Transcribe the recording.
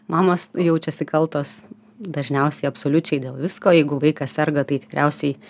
mamos jaučiasi kaltos dažniausiai absoliučiai dėl visko jeigu vaikas serga tai tikriausiai